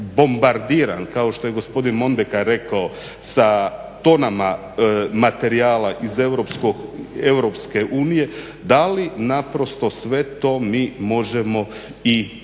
bombardiran kao što je gospodin Mondekar rekao sa tonama materijala iz EU da li naprosto sve to mi možemo i pratiti